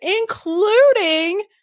including